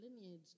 lineage